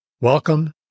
Welcome